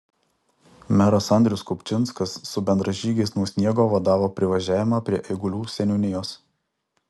meras andrius kupčinskas su bendražygiais nuo sniego vadavo privažiavimą prie eigulių seniūnijos